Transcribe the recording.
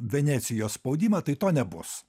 venecijos spaudimą tai to nebus